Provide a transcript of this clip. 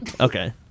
okay